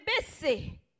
busy